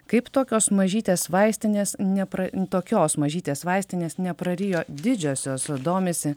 kaip tokios mažytės vaistinės nepra tokios mažytės vaistinės neprarijo didžiosios domisi